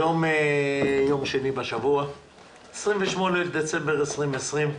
היום יום שני, 28 בדצמבר 2020,